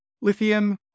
Lithium